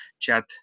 chat